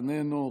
איננו,